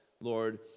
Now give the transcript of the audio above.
Lord